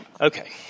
Okay